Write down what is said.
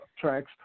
tracks